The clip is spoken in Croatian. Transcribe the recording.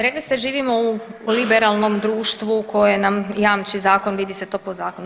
Rekli ste živimo u liberalnom društvu koje nam jamči zakon, vidi se to po zakonu.